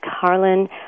Carlin